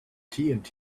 tnt